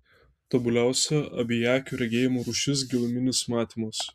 tobuliausia abiakio regėjimo rūšis giluminis matymas